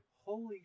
holy